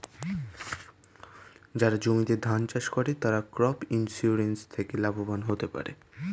যারা জমিতে ধান চাষ করে তারা ক্রপ ইন্সুরেন্স থেকে লাভবান হতে পারে